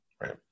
right